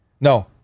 No